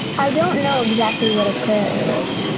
i don't know exactly what a prayer is.